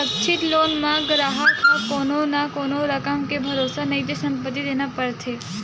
सुरक्छित लोन म गराहक ह कोनो न कोनो रकम के भरोसा नइते संपत्ति देना परथे